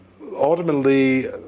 ultimately